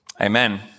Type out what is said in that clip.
Amen